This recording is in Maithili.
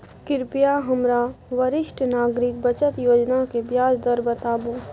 कृपया हमरा वरिष्ठ नागरिक बचत योजना के ब्याज दर बताबू